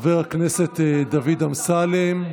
חבר הכנסת דוד אמסלם,